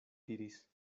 diris